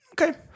okay